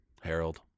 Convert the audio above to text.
Harold